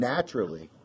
Naturally